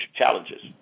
challenges